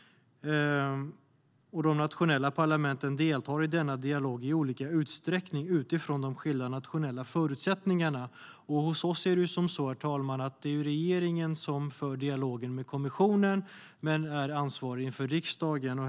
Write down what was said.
De nationella parlamenten deltar i denna dialog i olika utsträckning utifrån skilda nationella förutsättningar. Hos oss, herr talman, är det regeringen som för dialogen med kommissionen men är ansvarig inför riksdagen.